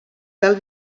tal